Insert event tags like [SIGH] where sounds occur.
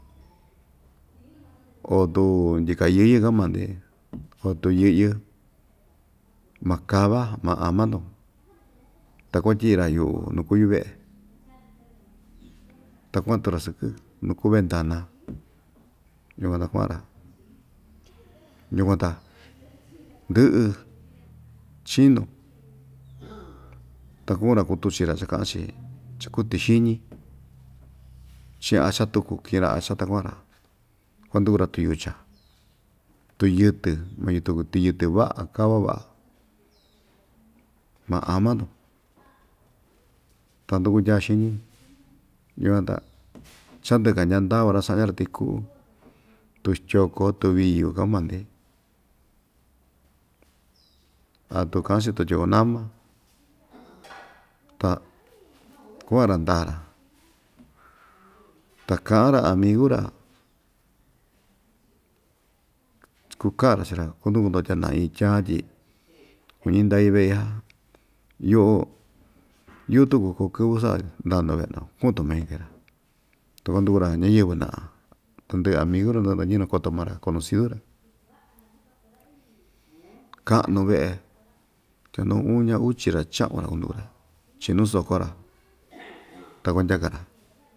o tu ndyika yɨyɨ ka'an maa‑ndi o tu yɨ'yɨ maa kava maa ama‑tun ta kuatyi'i‑ra yu'u nu kuu yuve'e ta kua'an tu‑ra sɨkɨ nu kuu ventana yukuan ta kua'an‑ra yukuan ta ndɨ'ɨ chinu ta ku'un‑ra kutuchi‑ra cha‑ka'an‑chi chakuu tixiñi chi'in acha tuku ki'in‑ra acha ta kua'an‑ra kuanduku‑ra tuyucha tuyɨtɨ ma yutun kuu tiyɨ‑tɨ va'a kava va'a ma ama‑tun ta ndukundya xiñi yukuan ta chandɨ'ɨ kandya ndava‑ra cha'ndya‑ra tii ku'u tuxtyoko tuviu ka'an maa‑ndi a tuu ka'an‑chi tutyoko namá ta kua'an‑ra ndaa‑ra ta ka'an‑ra amigu‑ra kuka'an‑ra chii‑ra kunduku‑ndo tya nda'a itya tyi kuñi ndai ve'i ja yo'o yu'u tuku koo kɨvɨ sa'a ndaa‑ndo ve'e‑ndo ku'un tumai kee‑ra ta kuanduku‑ra ñayɨvɨ [UNINTELLIGIBLE] tandɨ'ɨ amigu‑ra [UNINTELLIGIBLE] ñɨvɨ nakoto maa‑ra conocidu‑ra ka'nu ve'e tya nuu uña uchi‑ra cha'un‑ra kunduku‑ra chi'in nu soko‑ra [NOISE] ta kuandyaka‑ra.